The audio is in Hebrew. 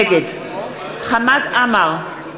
נגד חמד עמאר,